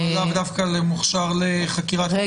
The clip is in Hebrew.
לאו דווקא מוכשר לחקירת קטינים.